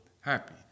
happy